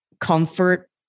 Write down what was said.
comfort